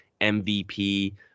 MVP